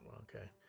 okay